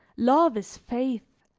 love is faith,